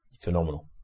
Phenomenal